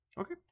Okay